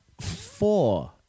four